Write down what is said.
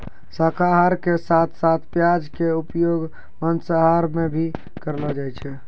शाकाहार के साथं साथं प्याज के उपयोग मांसाहार मॅ भी करलो जाय छै